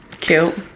cute